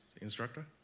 instructor